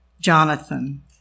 Jonathan